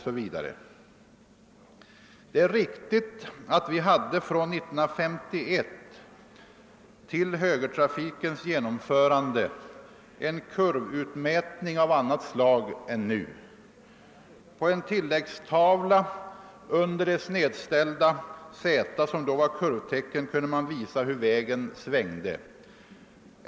S. V. Det är riktigt att vi från 1951 till hö gertrafikens genomförande hade en kurvutmärkning av annat slag än nu. På en anslagstavla under det snedställda Z, som då var kurvtecken, kunde man visa hur vägen svängde.